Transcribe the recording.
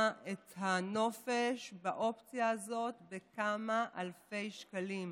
את הנופש באופציה הזאת בכמה אלפי שקלים.